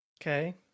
Okay